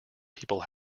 people